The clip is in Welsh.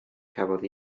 cafodd